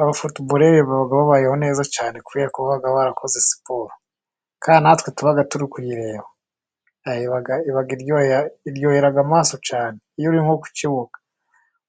Abafutubarere babayeho neza cyane kubera kuba barakoze siporo. Kandi natwe tuba turimo kuyireba iba iryoheye amaso cyane. Iyo uri nko ku kibuga,